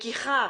לקיחה,